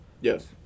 Yes